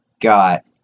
got